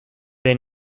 they